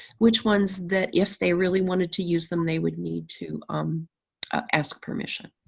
which ones that if they really wanted to use them, they would need to um ask permission.